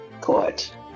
court